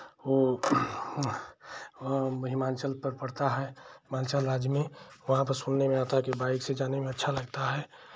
वो हिमांचल पर पड़ता है हिमांचल राज्य में वहाँ पे सुनने में आता है की बाइक से जाने में अच्छा लगता है